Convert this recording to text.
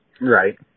Right